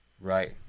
right